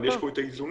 אבל יש פה האיזונים